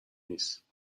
نیست